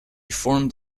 formed